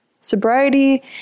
Sobriety